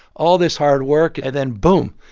all this hard work and then, boom,